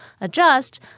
adjust